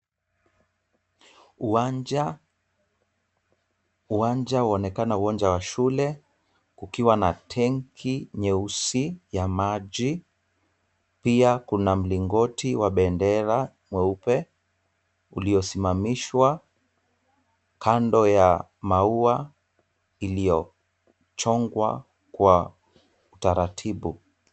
Uwanja, waonekana uwanja wa shule ukiwa na tenki nyeusi ya maji. Pia kuna mlingoti wa bendera mweupe uliyosimamishwa kando ya maua yaliyochongwa kwa utaratibu.